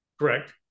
Correct